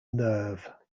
nerve